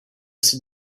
sit